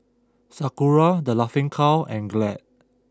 Sakura The Laughing Cow and Glad